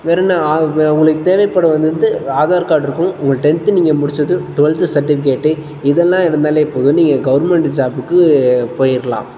வேறு என்ன உங்களுக்கு தேவைப்படுவது வந்து ர ஆதார் கார்டு இருக்கணும் உங்கள் டென்த்து நீங்கள் முடித்தது டுவல்த்து சர்டிவிகேட்டு இதெல்லாம் இருந்தாலே போதும் நீங்கள் கவர்மெண்ட் ஜாபுக்கு போயிடலாம்